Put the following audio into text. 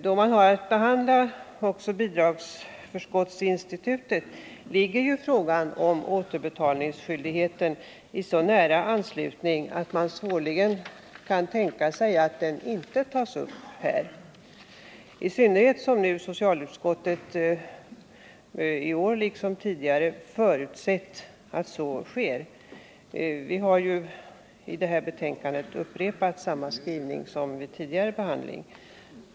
Då man har att behandla också bidragsförskottsinstitutet ligger ju frågan om återbetalningsskyldigheten i så nära anslutning därtill att man svårligen kan tänka sig att den inte tas upp, i synnerhet som nu socialutskottet, liksom tidigare, förutsatt att så sker. Vi har ju i detta betänkande upprepat samma skrivning som vid tidigare behandling.